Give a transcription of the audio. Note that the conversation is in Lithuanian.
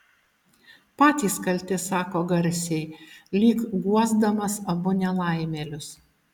patys kalti sako garsiai lyg guosdamas abu nelaimėlius